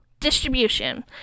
distribution